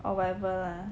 or whatever lah